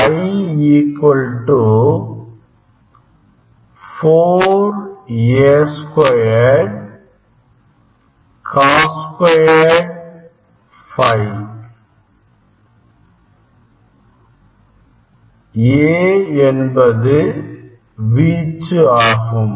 I 4A2 Cos2 ∅ A என்பது வீச்சு ஆகும்